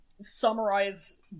summarize